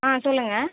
ஆ சொல்லுங்கள்